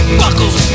buckles